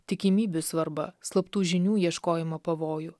tikimybių svarbą slaptų žinių ieškojimo pavojų